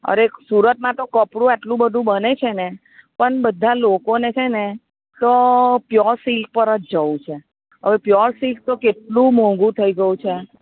અરે સુરતમાં તો કપડું આટલું બધું બને છે ને પણ બધાં લોકોને છે તો પ્યોર સિલ્ક પર જ જવું છે હવે પ્યોર સિલ્ક તો કેટલું મોંઘુ થઈ ગયું છે